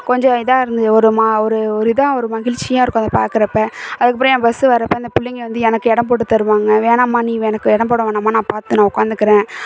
கொஞ்சம் இதாக இருந்தது ஒரு மா ஒரு ஒரு இதாக ஒரு மகிழ்ச்சியாக இருக்கும் அதை பார்க்குறப்ப அதுக்கப்புறம் என் பஸ்ஸு வரப்போ அந்த பிள்ளைங்க வந்து எனக்கு இடம் போட்டு தருவாங்க வேணாம்மா நீ எனக்கு இடம் போட வேணாம்மா நான் பார்த்து நான் உக்காந்துக்கறேன்